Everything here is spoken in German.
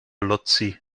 lotzi